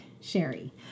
Sherry